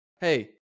hey